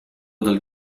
dal